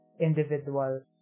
individual